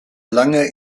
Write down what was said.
lange